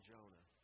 Jonah